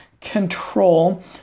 control